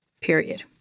period